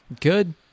Good